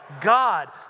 God